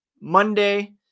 Monday